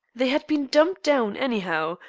they had been dumped down anyhow,